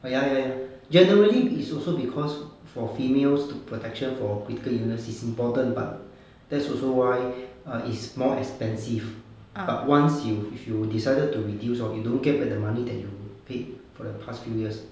err ya ya ya generally is also because for females to protection for critical illness is important but that's also why err is more expensive but once you if you decided to reduce hor you don't get back the money that you paid for the past few years